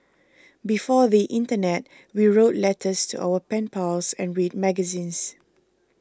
before the internet we wrote letters to our pen pals and read magazines